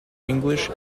english